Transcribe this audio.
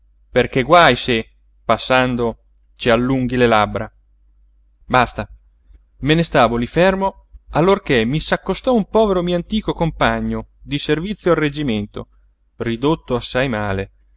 perché guaj se passando ci allunghi le labbra basta me ne stavo lí fermo allorché mi s'accostò un povero mio antico compagno di servizio al reggimento ridotto assai male